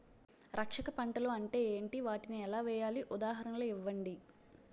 రక్షక పంటలు అంటే ఏంటి? వాటిని ఎలా వేయాలి? ఉదాహరణలు ఇవ్వండి?